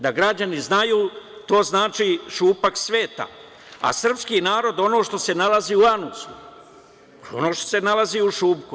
Da građani znaju, to znači šupak sveta, a srpski narod ono što se nalazi u anusu, ono što se nalazi u šupku.